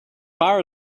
far